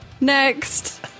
Next